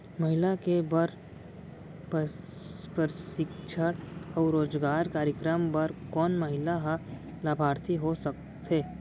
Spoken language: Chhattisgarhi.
महिला के बर प्रशिक्षण अऊ रोजगार कार्यक्रम बर कोन महिला ह लाभार्थी हो सकथे?